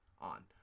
on